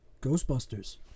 ghostbusters